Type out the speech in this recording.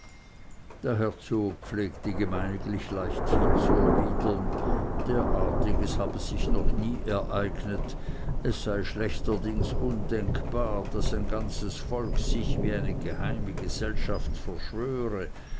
der herzog pflegte gemeiniglich leichthin zu erwidern derartiges habe sich noch nie ereignet es sei schlechterdings undenkbar daß ein ganzes volk sich wie eine geheime gesellschaft verschwöre